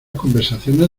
conversaciones